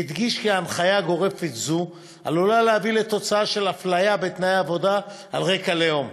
והדגיש כי הנחיה גורפת זו עלולה להביא לאפליה בתנאי העבודה על רקע לאום.